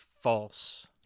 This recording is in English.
false